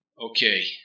Okay